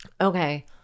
okay